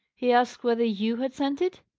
he asked whether you had sent it?